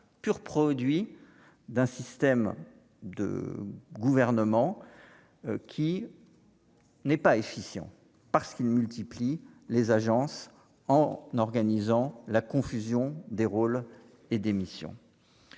pur produit d'un système de gouvernement qui n'est pas efficient parce qu'il multiplie les agences en organisant la confusion des rôles et des missions,